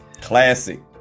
Classic